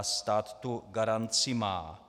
Stát tu garanci má.